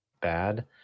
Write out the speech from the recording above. bad